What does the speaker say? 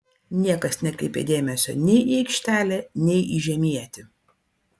niekas nekreipė dėmesio nei į aikštelę nei į žemietį